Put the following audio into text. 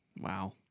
Wow